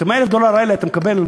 את 100,000 הדולר האלה אתה מקבל,